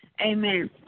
Amen